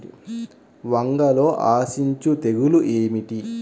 వంగలో ఆశించు తెగులు ఏమిటి?